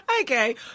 Okay